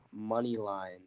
Moneyline